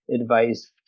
advice